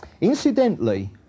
Incidentally